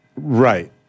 Right